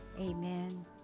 Amen